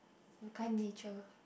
a kind nature